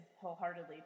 wholeheartedly